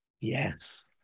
Yes